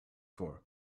for